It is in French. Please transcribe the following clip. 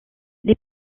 les